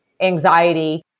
anxiety